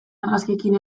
argazkiekin